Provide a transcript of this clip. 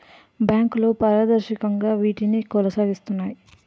బ్యాంకులు పారదర్శకంగా వీటిని కొనసాగిస్తాయి